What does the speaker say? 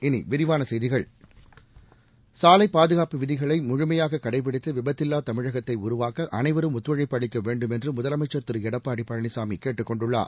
இனி விரிவான செய்திகள் சாலைப் பாதுகாப்பு விதிகளை முழுமையாக கடைப்பிடித்து விபத்தில்லா தமிழகத்தை உருவாக்க அளைவரும் ஒத்துழைப்பு அளிக்க வேண்டும் என்று முதலமைச்சர் திரு எடப்பாடி பழனிசாமி கேட்டுக்கொண்டுள்ளார்